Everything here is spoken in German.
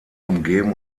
umgeben